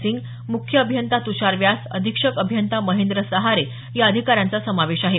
सिंग मुख्य अभियंता तुषार व्यास अधीक्षक अभियंता महेंद्र सहारे या अधिकाऱ्यांचा समावेश आहे